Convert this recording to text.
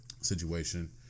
situation